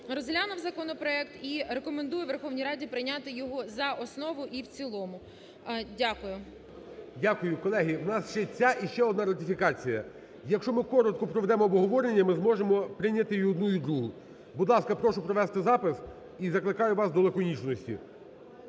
розглянув законопроект і рекомендує Верховній Раді прийняти його за основу і в цілому. Дякую. ГОЛОВУЮЧИЙ. Дякую. Колеги, в нас ще ця і ще одна ратифікація. Якщо ми коротко проведемо обговорення, ми зможемо прийняти і одну, і другу. Будь ласка, прошу провести запис і закликаю вас до лаконічності.